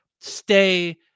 stay